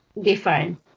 different